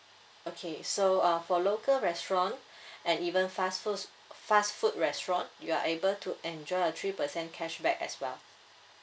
okay so uh for local restaurant and even fast foods fast food restaurant you are able to enjoy a three percent cashback as well